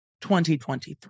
2023